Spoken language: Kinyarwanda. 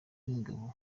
w’ingabo